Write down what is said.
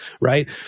right